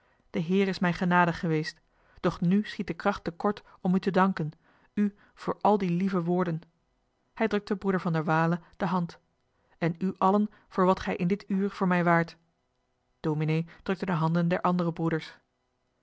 de heer is mij genadig geweest doch nu schiet de kracht johan de meester de zonde in het deftige dorp te kort om u te danken u voor al die lieve woorden hij drukte broeder van der waele de hand en u allen voor wat gij in dit uur voor mij waart dominee drukte de handen der andere broeders